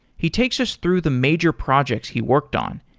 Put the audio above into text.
he takes us through the major projects he worked on,